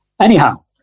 Anyhow